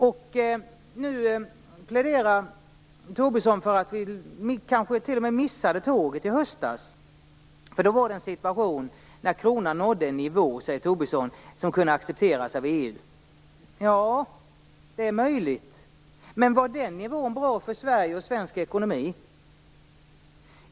Nu menar Tobisson att vi kanske t.o.m. missade tåget i höstas. Då, säger Tobisson, nådde kronan en nivå som kunde accepteras av EU. Ja, det är möjligt, men var den nivån bra för Sverige och svensk ekonomi?